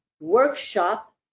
workshop